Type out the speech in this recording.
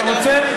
אתה רוצה?